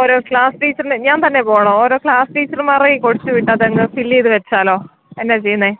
ഓരോ ക്ലാസ്സ് ടീച്ചറില്ലെ ഞാൻ തന്നെ പോകണോ ഓരോ ക്ലാസ് ടീച്ചർമാരുടെ കയ്യിൽ കൊടുത്തുവിട്ടാൽ തന്നെ ഫിൽ ചെയ്ത് വെച്ചാലോ എന്താണ് ചെയ്യുന്നത്